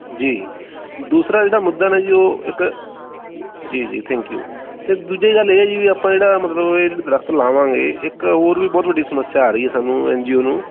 ਜੀ ਦੂਸਰਾ ਜਿਹੜਾ ਮੁੱਦਾ ਨਾ ਜੀ ਉਹ ਇੱਕ ਜੀ ਜੀ ਥੈਂਕ ਯੂ ਅਤੇ ਦੂਜੀ ਗੱਲ ਇਹ ਹੈ ਜੀ ਵੀ ਆਪਾਂ ਜਿਹੜਾ ਮਤਲਬ ਇਹ ਜਿਹੜੇ ਦਰੱਖਤ ਲਾਵਾਂਗੇ ਇੱਕ ਹੋਰ ਵੀ ਬਹੁਤ ਵੱਡੀ ਸਮੱਸਿਆ ਆ ਰਹੀ ਸਾਨੂੰ ਐਨ ਜੀ ਓ ਨੂੰ